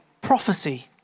prophecy